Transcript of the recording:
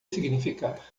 significar